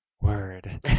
Word